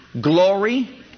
glory